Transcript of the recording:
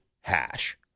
hash